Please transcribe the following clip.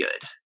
good